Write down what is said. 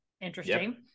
Interesting